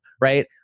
right